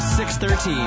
613